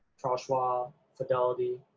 charles schwab, fidelity,